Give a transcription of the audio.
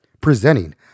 presenting